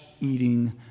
eating